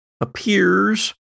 appears